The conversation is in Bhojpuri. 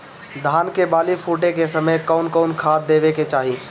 धान के बाली फुटे के समय कउन कउन खाद देवे के चाही?